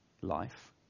life